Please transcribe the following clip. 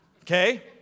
Okay